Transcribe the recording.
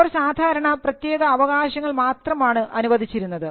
അവർ സാധാരണ പ്രത്യേക അവകാശങ്ങൾ മാത്രമാണ് അനുവദിച്ചിരുന്നത്